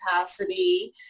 capacity